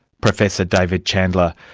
professor david chandler,